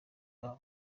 baba